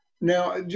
Now